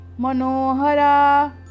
Manohara